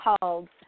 called